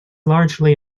largely